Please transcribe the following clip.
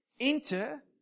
enter